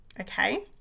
Okay